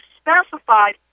specified